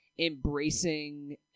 Embracing